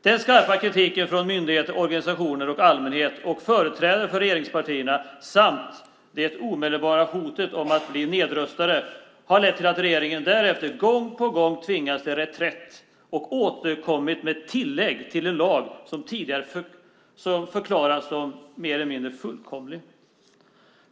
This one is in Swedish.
Den skarpa kritiken från myndigheter, organisationer, allmänhet och företrädare för regeringspartierna samt det omedelbara hotet om att bli nedröstad har lett till att regeringen gång på gång har tvingats till reträtt och återkommit med tillägg till en lag som tidigare förklarats mer eller mindre fullkomlig.